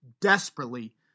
desperately